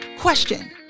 Question